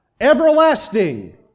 everlasting